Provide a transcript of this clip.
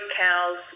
cows